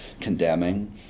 condemning